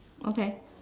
okay